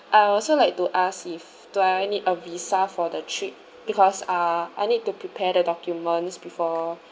I'll also like to ask if do I need a visa for the trip because ah I need to prepare the documents before